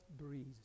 breeze